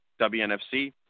WNFC